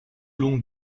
long